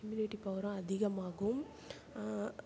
immunity பவரும் அதிகமாகும்